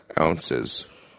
ounces